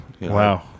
Wow